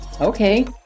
okay